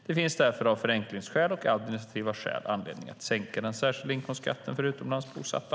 Det finns därför av förenklingsskäl och administrativa skäl anledning att sänka den särskilda inkomstskatten för utomlands bosatta.